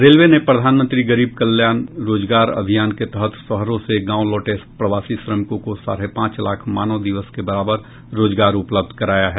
railway ने प्रधानमंत्री गरीब कल्याण रोजगार अभियान के तहत शहरों से गाँव लौटे प्रवासी श्रमिकों को साढ़े पांच लाख मानव दिवस के बराबर रोजगार उपलब्ध कराया है